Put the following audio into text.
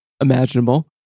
imaginable